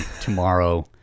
tomorrow